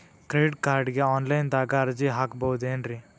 Credit ಕಾರ್ಡ್ಗೆ online ದಾಗ ಅರ್ಜಿ ಹಾಕ್ಬಹುದೇನ್ರಿ?